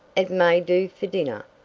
it may do for dinner.